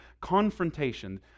confrontation